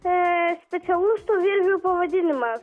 a specialus tų virvių pavadinimas